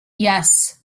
yes